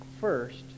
first